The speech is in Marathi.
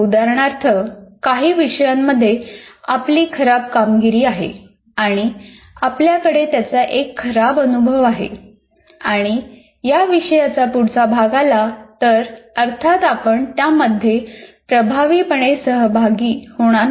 उदाहरणार्थ काही विषयांमध्ये आपली खराब कामगिरी आहे आणि आपल्याकडे त्याचा एक खराब अनुभव आहे आणि या विषयाचा पुढचा भाग आला तर अर्थात आपण त्यामध्ये प्रभावीपणे सहभागी होणार नाही